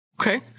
Okay